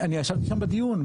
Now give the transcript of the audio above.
אני ישבתי שם בדיון,